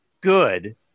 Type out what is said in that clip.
good